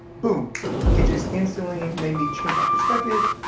boom, it just instantly made me change my perspective,